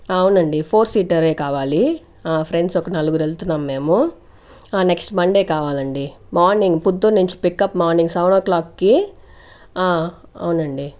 అవునండి four seater ఏ కావాలి ఫ్రెండ్స్ ఒక నలుగురు వెళ్తున్నాం మేము ఆ నెక్స్ట్ మండే కావాలండి మార్నింగ్ పుత్తూర్ నించి pickup morning seven o'clock కి ఆ అవునండి